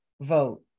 vote